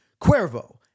Cuervo